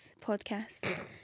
podcast